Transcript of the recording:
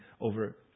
over